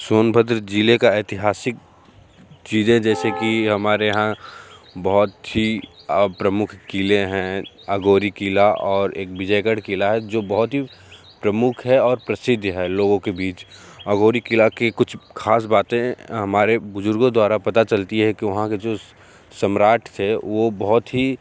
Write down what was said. सोनभद्र ज़िले का ऐतिहासिक चीज़ें जैसे कि हमारे यहाँ बहुत ही प्रमुख किले हैं अघोरी किला और एक विजयगढ़ किला जो बहुत ही प्रमुख है और प्रसिद्ध है लोगों के बीच अघोरी किला के कुछ खास बातें हमारे बुज़ुर्गों द्वारा पता चलती हैं कि वहाँ के जो सम्राट थे वो बहुत ही